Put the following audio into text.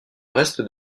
reste